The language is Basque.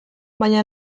baina